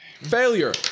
Failure